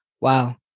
wow